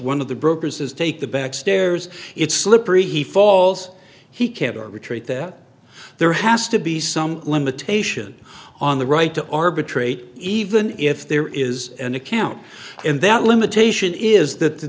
one of the brokers is take the backstairs it's slippery he falls he can't arbitrate that there has to be some limitation on the right to arbitrate even if there is an account and that limitation is that the